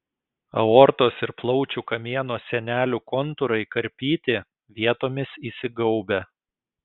aortos ir plaučių kamieno sienelių kontūrai karpyti vietomis įsigaubę